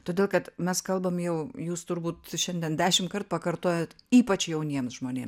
todėl kad mes kalbam jau jūs turbūt šiandien dešimtkart pakartojot ypač jauniems žmonėm